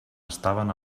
estaven